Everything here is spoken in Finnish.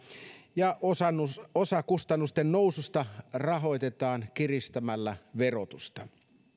ja osa kustannusten noususta rahoitetaan kiristämällä verotusta